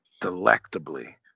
delectably